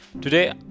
today